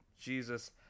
Jesus